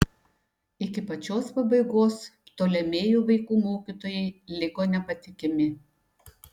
iki pačios pabaigos ptolemėjų vaikų mokytojai liko nepatikimi